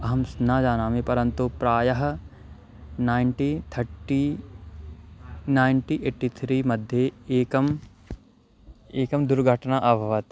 अहं स्ना जानामि परन्तु प्रायः नैण्टी थट्टी नैण्टी एट्टि थ्री मध्ये एका एका दुर्घटना अभवत्